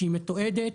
והיא מתועדת.